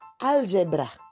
algebra